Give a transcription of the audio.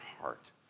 heart